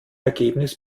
ergebnis